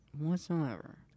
whatsoever